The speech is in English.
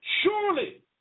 Surely